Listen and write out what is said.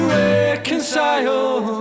reconcile